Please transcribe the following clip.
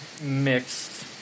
mixed